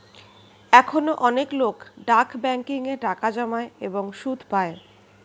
এখনো অনেক লোক ডাক ব্যাংকিং এ টাকা জমায় এবং সুদ পায়